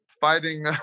fighting